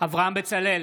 אברהם בצלאל,